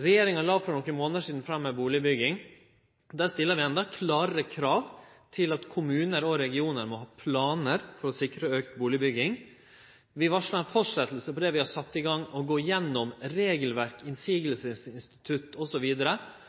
Regjeringa la for nokre månader sidan fram ei bustadmelding. Der stiller vi endå klarare krav til at kommunar og regionar må ha planar for å sikre auka bustadbygging. Vi varsla ei fortsetjing av det vi har sett i gang: å gå igjennom regelverk,